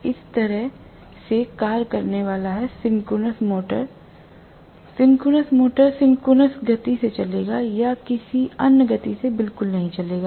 यह इस तरह से कार्य करने वाला है सिंक्रोनस मोटर सिंक्रोनस गति से चलेगा या किसी अन्य गति से बिल्कुल नहीं चलेगा